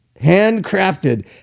Handcrafted